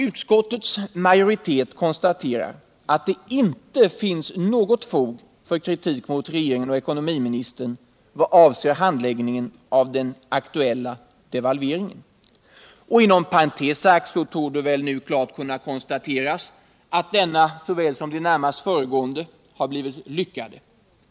Utskottets majoritet konstaterar att det icke finns något fog för kritik mot regeringen och ekonomiministern i vad avser handläggningen av den aktuella devalveringen. Inom parentes sagt torde det väl nu klart kunna konstateras att denna såväl som den närmast föregående har blivit lyckade.